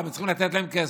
למה צריכים לתת להם כסף?